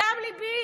מדם ליבי.